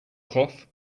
cloth